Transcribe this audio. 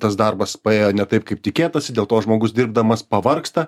tas darbas paėjo ne taip kaip tikėtasi dėl to žmogus dirbdamas pavargsta